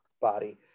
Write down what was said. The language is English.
body